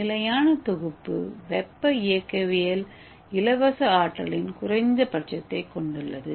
நிலையான தொகுப்பு வெப்ப இயக்கவியல் இலவச ஆற்றலின் குறைந்தபட்சத்தைக் கொண்டுள்ளது